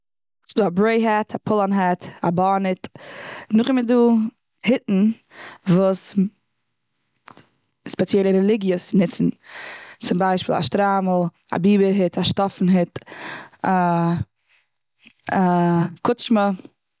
ס'דא א בערעיט העט, פאל אן העט, א באנעט. נאך דעם איז דא היטן וואס ספעציעלע רעליגיעס נוצן, צום ביישפיל א שטריימל, א ביבער היט, א שטאפן היט, א, א קוטשמע.